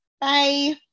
Bye